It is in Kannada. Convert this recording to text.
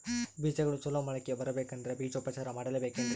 ಬೇಜಗಳು ಚಲೋ ಮೊಳಕೆ ಬರಬೇಕಂದ್ರೆ ಬೇಜೋಪಚಾರ ಮಾಡಲೆಬೇಕೆನ್ರಿ?